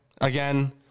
Again